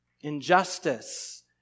injustice